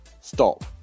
stop